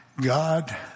God